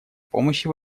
помощи